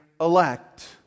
elect